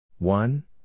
One